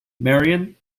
marian